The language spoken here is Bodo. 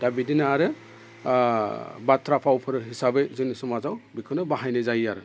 दा बिदिनो आरो बाथ्रा भावफोर हिसाबै जोंनि समाजाव बेखौनो बाहायनाय जायो आरो